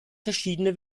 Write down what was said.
verschiedene